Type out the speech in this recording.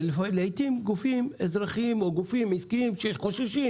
לעיתים גופים אזרחיים או גופים עסקיים שחוששים